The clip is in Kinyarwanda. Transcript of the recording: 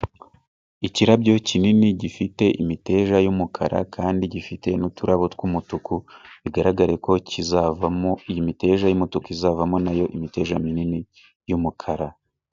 Ikirabyo kinini gifite imiteja y'umukara kandi gifite n'uturabo tw'umutuku, bigaragare ko kizavamo, iyi imiteja y'umutuku izavamo nayo imiteja minini y'umukara.